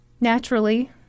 Naturally